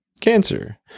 cancer